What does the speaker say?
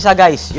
so guys, yeah